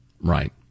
Right